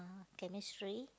uh Chemistry